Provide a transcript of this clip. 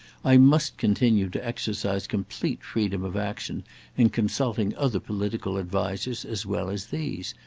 i must continue to exercise complete freedom of action in consulting other political advisers as well as these,